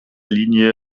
linie